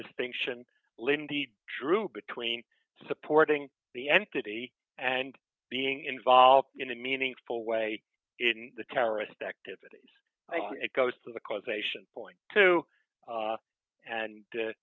distinction linda drew between supporting the entity and being involved in a meaningful way the terrorist activities it goes to the causation point to and